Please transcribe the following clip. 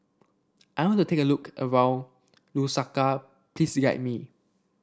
I want to take a look around Lusaka please guide me